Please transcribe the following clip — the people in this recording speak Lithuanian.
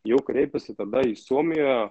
jau kreipiasi tada į suomijoje